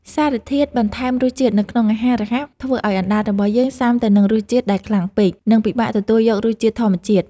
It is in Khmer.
សារធាតុបន្ថែមរសជាតិនៅក្នុងអាហាររហ័សធ្វើឲ្យអណ្តាតរបស់យើងស៊ាំទៅនឹងរសជាតិដែលខ្លាំងពេក និងពិបាកទទួលយករសជាតិធម្មជាតិ។